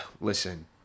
listen